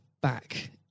back